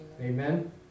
Amen